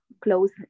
close